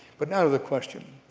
but now to the question,